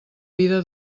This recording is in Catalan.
vida